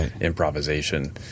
improvisation